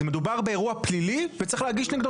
מדובר באירוע פלילי וצריך להגיש נגדו